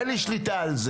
שהוא מקובל עלינו,